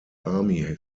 army